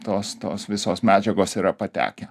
tos tos visos medžiagos yra patekę